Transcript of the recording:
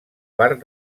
part